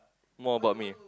more about me